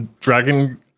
Dragon